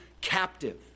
captive